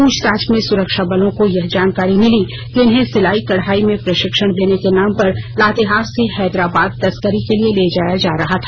पूछताछ में सुरक्षा बलों को यह जानकारी मिली कि इन्हें सिलाई कढ़ाई में प्रशिक्षण देने के नाम पर लातेहार से हैदराबाद तस्करी के लिए ले जाया जा रहा था